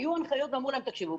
היו הנחיות ואמרו להם: תקשיבו,